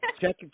Check